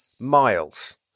miles